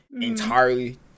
Entirely